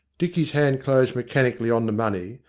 dicky's hand closed mechanically on the money,